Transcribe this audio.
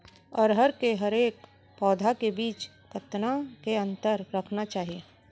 अरहर के हरेक पौधा के बीच कतना के अंतर रखना चाही?